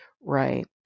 Right